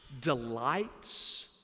delights